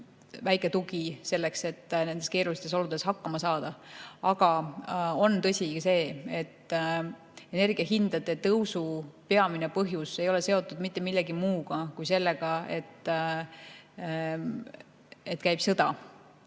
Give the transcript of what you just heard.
väike tugi selleks, et nendes keerulistes oludes hakkama saada. Aga tõsi on see, et energiahindade tõusu peamine põhjus ei ole seotud mitte millegi muuga kui sellega, et käib sõda.